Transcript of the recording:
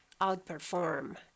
outperform